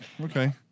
Okay